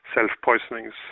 self-poisonings